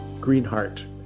Greenheart